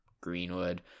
Greenwood